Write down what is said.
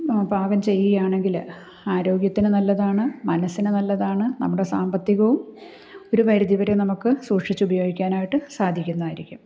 പാകം ചെയ്യുകയാണെങ്കിൽ ആരോഗ്യത്തിനു നല്ലതാണ് മനസ്സിനു നല്ലതാണ് നമ്മുടെ സാമ്പത്തികവും ഒരു പരിധിവരെ നമുക്ക് സൂക്ഷിച്ചുപയോഗിക്കാനായിട്ട് സാധിക്കുന്നതായിരിക്കും